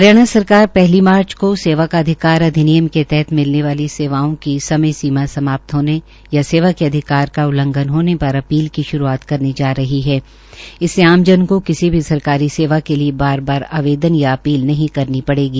हरियाणा सरकार पहली मार्च को सेवा का अधिकार अधिनियम के तहत मिलने वाली सेवाओं की समयसीमा समाप्त होने या सेवा के अधिकार का उल्लंघन पर स्वै अपील की श्रुआत करने जा रही है इससे आमजन को किसी भी सरकारी सेवा के लिए बार बार आवेदन या अपील नहीं करनी पड़ेगी